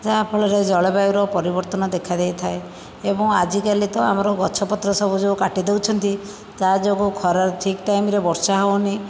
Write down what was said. ଯାହାଫଳରେ ଜଳବାୟୁର ପରିବର୍ତ୍ତନ ଦେଖା ଦେଇଥାଏ ଏବଂ ଆଜିକାଲି ତ ଆମର ଗଛ ପତ୍ର ସବୁ ଯେଉଁ କାଟି ଦେଉଛନ୍ତି ତା ଯୋଗୁଁ ଖରାରେ ଠିକ୍ ଟାଇମରେ ବର୍ଷା ହେଉନି